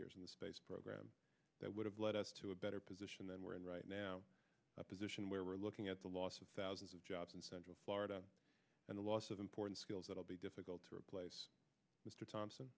years in the space program that would have led us to a better position than we're in right now a position where we're looking at the loss of thousands of jobs in central florida and a loss of important skills that will be difficult to replace m